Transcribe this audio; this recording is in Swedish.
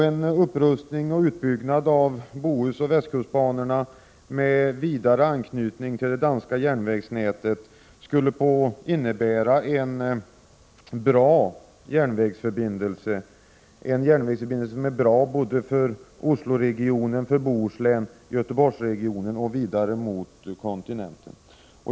En upprustning och utbyggnad av Bohusoch västkustbanorna med vidare anknytning till det danska järnvägsnätet skulle innebära en järnvägsförbindelse som var bra både för Osloregionen, för Bohuslän och Göteborgsregionen samt vidare ut mot kontinenten.